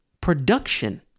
production